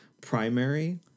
primary